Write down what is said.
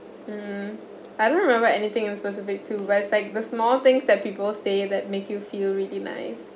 mmhmm I don't remember anything specific too but it's like the small things that people say that make you feel really nice